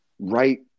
right